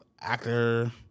actor